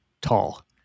tall